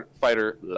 Fighter